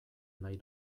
nahi